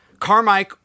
Carmike